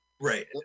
Right